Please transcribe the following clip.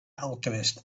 alchemist